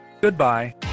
Goodbye